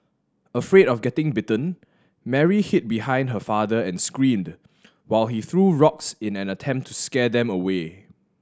afraid of getting bitten Mary hid behind her father and screamed while he threw rocks in an attempt to scare them away